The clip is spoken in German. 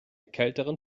kälteren